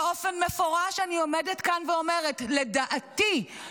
באופן מפורש אני עומדת כאן ואומרת: לדעתי,